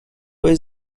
باید